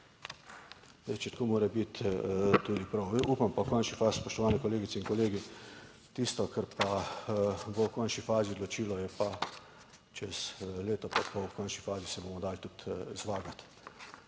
Zdaj, če tako mora biti tudi prav. Upam pa, v končni fazi, spoštovane kolegice in kolegi, tisto, kar pa bo v končni fazi odločilo je pa čez leto pa pol. V končni fazi se bomo dali tudi zvagati.